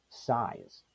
size